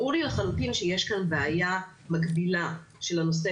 ברור לי לחלוטין שיש כאן בעיה מקבילה של הנושא